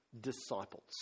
disciples